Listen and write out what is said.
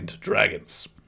Dragons